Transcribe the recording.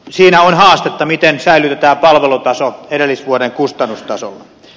siinä on haastetta miten säilytetään palvelutaso edellisvuoden kustannustasolla